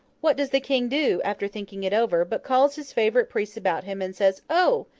what does the king do, after thinking it over, but calls his favourite priests about him, and says, o!